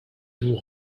joues